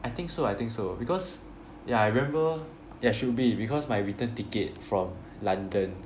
I think so I think so because yeah I remember there should be because my return ticket from London